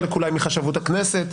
חלק אולי מחשבות הכנסת,